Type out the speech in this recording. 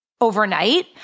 overnight